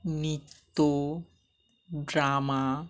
নৃত্য ড্রামা